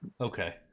Okay